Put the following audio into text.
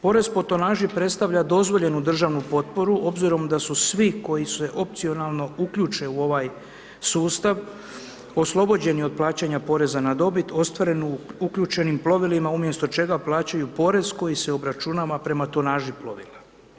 Porez po tonaži predstavlja dozvoljenu državnu potporu obzirom da su svi koji se opcionalno uključe u ovaj sustav oslobođeni od plaćanja poreza na dobit ostvarenu u uključenim plovilima umjesto čega plaćaju porez koji se obračunava prema tonaži plovila.